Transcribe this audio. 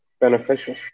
beneficial